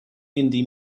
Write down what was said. indie